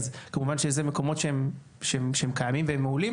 כמובן שאלה מקומות שהם קיימים והם מעולים